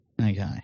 Okay